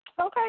Okay